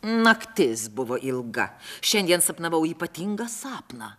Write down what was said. naktis buvo ilga šiandien sapnavau ypatingą sapną